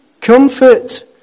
Comfort